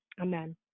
Amen